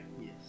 Yes